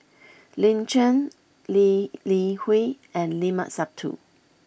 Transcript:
Lin Chen Lee Li Hui and Limat Sabtu